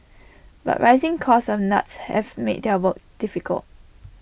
but rising costs of nuts have made their work difficult